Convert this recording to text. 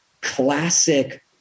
Classic